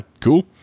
cool